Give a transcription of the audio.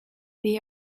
they